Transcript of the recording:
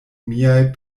miaj